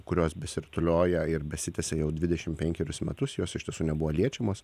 kurios besirutulioja ir besitęsia jau dvidešim penkerius metus jos iš tiesų nebuvo liečiamos